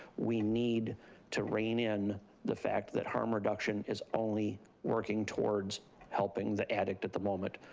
we need to rein in the fact that harm reduction is only working towards helping the addict at the moment.